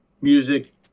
music